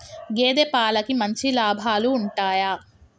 గేదే పాలకి మంచి లాభాలు ఉంటయా?